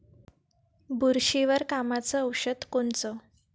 बुरशीवर कामाचं औषध कोनचं?